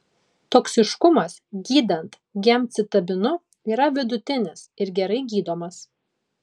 toksiškumas gydant gemcitabinu yra vidutinis ir gerai gydomas